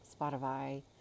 Spotify